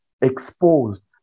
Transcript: exposed